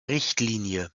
richtlinie